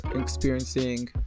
experiencing